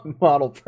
Model